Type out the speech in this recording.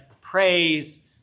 praise